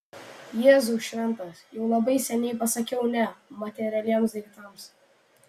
jėzau šventas jau labai seniai pasakiau ne materialiems daiktams